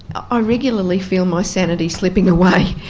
i regularly feel my sanity slipping away.